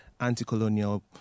anti-colonial